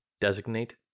designate